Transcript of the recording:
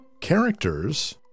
characters